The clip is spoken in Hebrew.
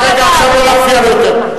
רק רגע, עכשיו לא להפריע לו יותר.